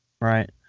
Right